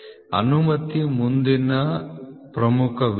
ಅನುಮತಿ ಮುಂದಿನ ಪ್ರಮುಖ ವಿಷಯ